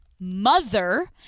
mother